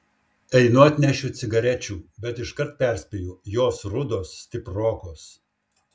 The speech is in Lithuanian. einu atnešiu cigarečių bet iškart perspėju jos rudos stiprokos